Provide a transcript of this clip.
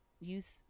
use